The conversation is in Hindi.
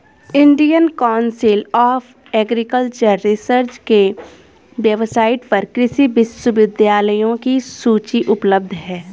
Indian Council of Agricultural Research के वेबसाइट पर कृषि विश्वविद्यालयों की सूची उपलब्ध है